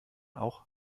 auch